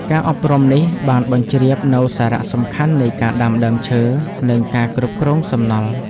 ការអប់រំនេះបានបញ្ជ្រាបនូវសារៈសំខាន់នៃការដាំដើមឈើ និងការគ្រប់គ្រងសំណល់។